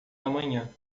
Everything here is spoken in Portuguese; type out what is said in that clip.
amanhã